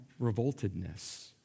revoltedness